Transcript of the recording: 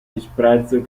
disprezzo